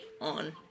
on